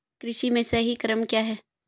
कृषि में सही क्रम क्या है?